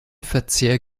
verzehr